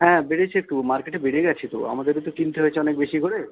হ্যাঁ বেড়েছে একটু মার্কেটে বেড়ে গেছে তো আমাদেরও তো কিনতে হয়েছে অনেক বেশি করে